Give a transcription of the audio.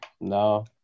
no